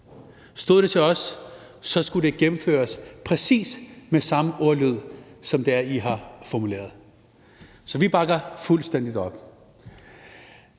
Stod det til os, skulle det gennemføres præcis med samme ordlyd som den, I har formuleret. Så vi bakker fuldstændig op.